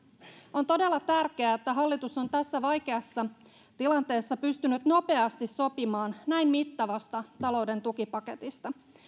on todella tärkeää että hallitus on tässä vaikeassa tilanteessa pystynyt nopeasti sopimaan näin mittavasta talouden tukipaketista